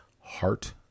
Heart